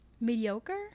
Mediocre